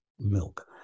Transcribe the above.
milk